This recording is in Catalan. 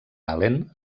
allen